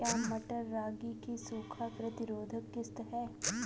क्या मटर रागी की सूखा प्रतिरोध किश्त है?